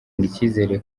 icyizere